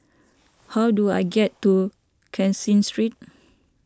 how do I get to Caseen Street